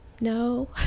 No